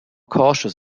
cautious